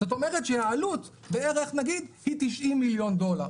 זאת אומרת שהעלות היא בערך כ-90 מיליון שקל.